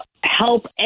help